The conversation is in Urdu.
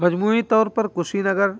مجموعی طور پر کشی نگر